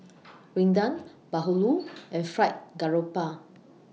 Rendang Bahulu and Fried Garoupa